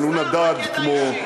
אבל הוא נדד כמו,